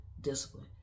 discipline